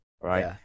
Right